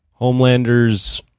Homelanders